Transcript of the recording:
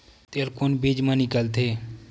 तेल कोन बीज मा निकलथे?